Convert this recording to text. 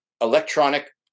electronic